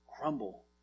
crumble